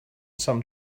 some